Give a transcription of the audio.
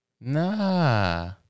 Nah